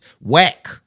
whack